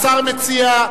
השר מציע,